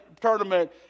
tournament